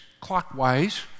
clockwise